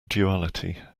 duality